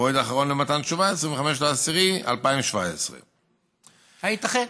מועד אחרון למתן תשובה: 25 באוקטובר 2017. הייתכן?